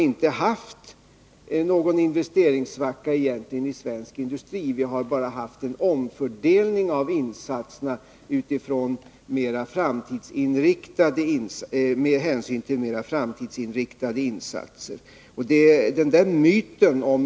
I svensk industri har vi egentligen inte haft någon investeringssvacka utan bara en omfördelning av insatserna, varvid det gjorts mer framtidsinriktade insatser.